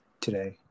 today